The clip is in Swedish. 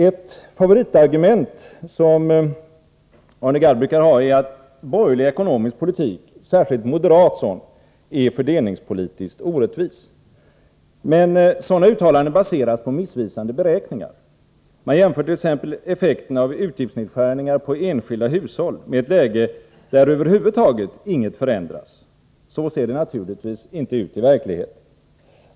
Ett favoritargument som Arne Gadd brukar använda är att borgerlig ekonomisk politik, särskilt moderat sådan, är fördelningspolitiskt orättvis. Men uttalanden av det slaget baseras på missvisande beräkningar. Man jämför t.ex. effekterna av utgiftsnedskärningar på enskilda hushåll med ett läge där över huvud taget ingenting förändras. Så ser det naturligtvis inte ut i verkligheten.